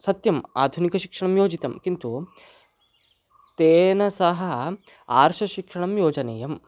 सत्यम् आधुनिकशिक्षणं योजितं किन्तु तेन सह आर्षशिक्षणं योजनीयं